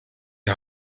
die